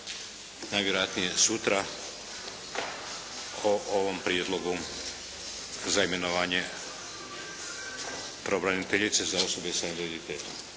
najvjerojatnije sutra o ovom prijedlogu za imenovanje pravobraniteljice za osobe sa invaliditetom.